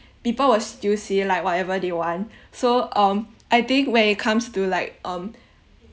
people will still say like whatever they want so um I think when it comes to like um